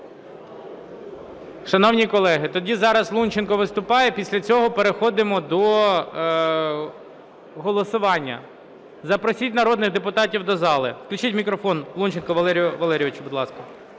Шановні колеги, тоді зараз Лунченко виступає. Після цього переходимо до голосування. Запросіть народних депутатів до зали. Включіть мікрофон Лунченку Валерію Валерійовичу, будь ласка.